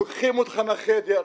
לוקחים אותך מהחדר,